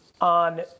on